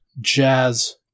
Jazz